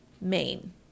maine